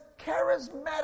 charismatic